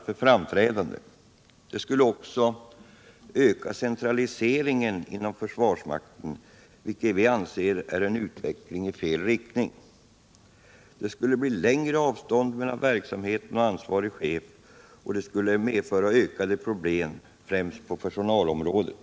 Ett sådant alternativ skulle också öka centraliseringen inom försvarsmakten, vilket vi anser vara en utveckling i fel riktning. Det skulle bli längre avstånd mellan verksamheten och ansvarig chef, och det skulle medföra ökade problem främst på personalområdet.